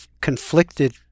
conflicted